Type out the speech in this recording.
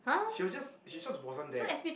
she will just she just wasn't there